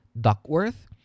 Duckworth